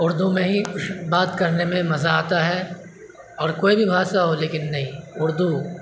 اردو میں ہی بات کرنے میں مزہ آتا ہے اور کوئی بھی بھاشا ہو لیکن نہیں اردو